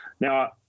Now